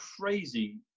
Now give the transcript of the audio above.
crazy